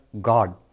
God